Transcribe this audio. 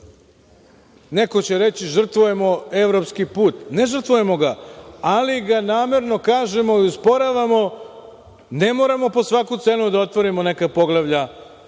neko će reći žrtvujemo evropski put. Ne žrtvujemo ga, ali ga namerno kažemo i usporavamo, ne moramo po svaku cenu da otvorimo neka poglavlja ako